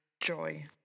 joy